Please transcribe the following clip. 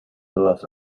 todas